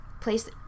place